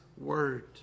word